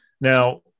Now